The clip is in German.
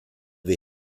wir